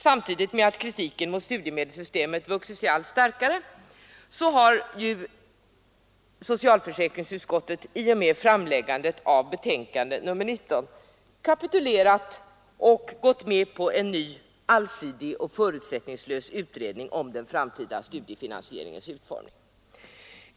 Samtidigt med att kritiken mot studiemedelssystemet vuxit sig allt starkare har socialförsäkringsutskottet i och med framläggandet av betänkandet nr 19 kapitulerat och gått med på en ny, allsidig och förutsättningslös utredning om den framtida studiefinansieringens utformning.